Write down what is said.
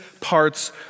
parts